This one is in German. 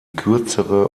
kürzere